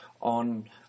on